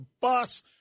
bus